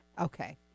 Okay